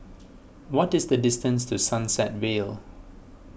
what is the distance to Sunset Vale